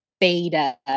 beta